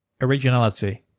Originality